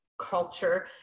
culture